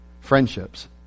friendships